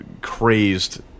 crazed